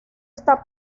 está